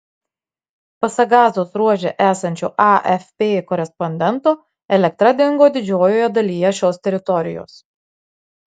pasak gazos ruože esančio afp korespondento elektra dingo didžiojoje dalyje šios teritorijos